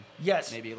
Yes